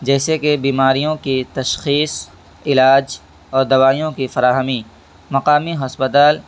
جیسے کہ بیماریوں کی تشخیص علاج اور دوائیوں کی فراہمی مقامی ہسپتال